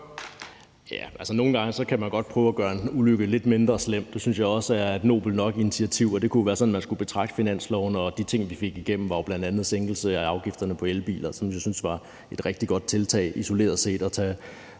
(LA): Nogle gange kan man godt prøve at gøre en ulykke lidt mindre slem. Det synes jeg også er et nobelt nok initiativ. Det kunne være sådan, man skulle betragte finansloven. De ting, vi fik igennem, var jo bl.a. en sænkelse af afgiften på elbiler, som jeg syntes var et rigtig godt tiltag isoleret set, godt at tage